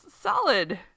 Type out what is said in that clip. solid